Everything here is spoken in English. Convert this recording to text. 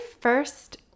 first